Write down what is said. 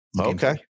Okay